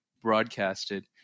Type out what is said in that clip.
broadcasted